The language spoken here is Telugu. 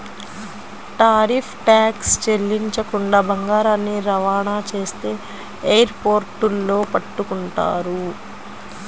టారిఫ్ ట్యాక్స్ చెల్లించకుండా బంగారాన్ని రవాణా చేస్తే ఎయిర్ పోర్టుల్లో పట్టుకుంటారు